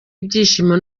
ibyishimo